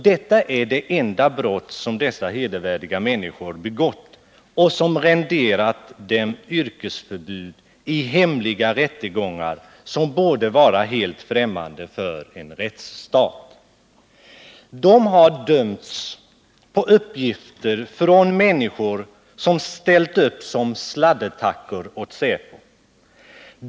Detta är det enda brott som dessa hedervärda människor begått och som renderat dem yrkesförbud i hemliga rättegångar, som borde vara helt främmande för en rättsstat. De har dömts på uppgifter från människor som ställt upp som sladdertackor åt säpo.